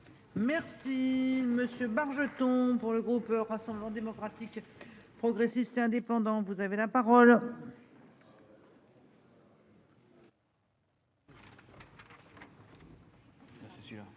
Merci monsieur Bargeton pour le groupe Rassemblement démocratique. Progressiste et indépendant. Vous avez la parole.